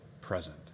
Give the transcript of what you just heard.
present